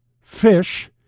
fish